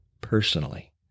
personally